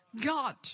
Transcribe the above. God